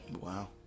Wow